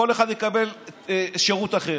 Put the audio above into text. כל אחד יקבל שירות אחר.